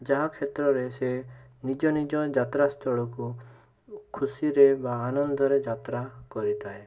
ଯାହା କ୍ଷେତ୍ରରେ ସେ ନିଜ ନିଜ ଯାତ୍ରା ସ୍ଥଳକୁ ଖୁସିରେ ବା ଆନନ୍ଦରେ ଯାତ୍ରା କରିଥାଏ